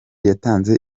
yatanze